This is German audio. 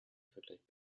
vergleicht